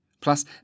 Plus